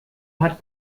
hat